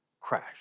Crash